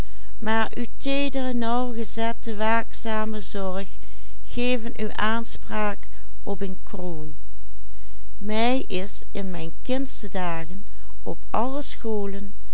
aanspraak op een kroon mij is in mijn kindsche dagen op alle scholen